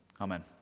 Amen